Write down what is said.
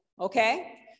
okay